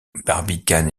barbicane